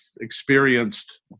experienced